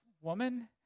woman